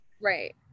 Right